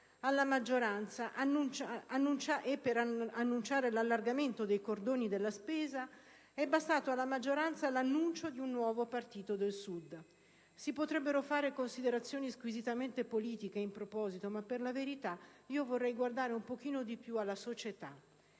all'Italia rovesciata, per l'allargamento dei cordoni della spesa è bastato alla maggioranza l'annuncio di un nuovo partito del Sud. Si potrebbero fare considerazioni squisitamente politiche in proposito, ma per la verità vorrei guardare un po' di più alla società.